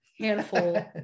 handful